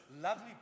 lovely